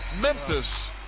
Memphis